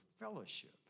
fellowship